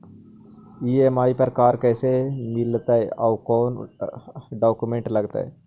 EMI पर car कैसे मिलतै औ कोन डाउकमेंट लगतै?